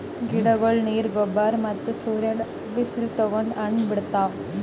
ಗಿಡಗೊಳ್ ನೀರ್, ಗೊಬ್ಬರ್ ಮತ್ತ್ ಸೂರ್ಯನ್ ಬಿಸಿಲ್ ತಗೊಂಡ್ ಹಣ್ಣ್ ಬಿಡ್ತಾವ್